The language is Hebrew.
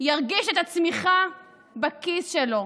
ירגיש את הצמיחה בכיס שלו,